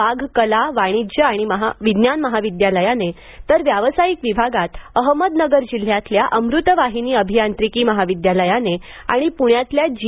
वाघ कला वाणिज्य आणि विज्ञान महाविद्यालय आणि व्यावसायिक विभागात अहमदनगर जिल्ह्यातलं अमृतवाहिनी अभियांत्रिकी महविद्यालय आणि पुण्यातलं जी